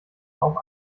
auch